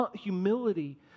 humility